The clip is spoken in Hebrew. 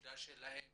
התעודה שלהם